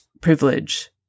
privilege